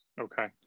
Okay